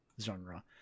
genre